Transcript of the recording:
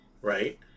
Right